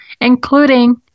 including